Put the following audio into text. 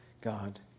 God